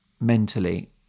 mentally